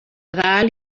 dalt